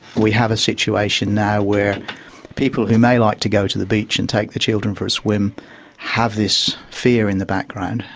we have a situation now where people who may like to go to the beach and take their children for a swim have this fear in the background.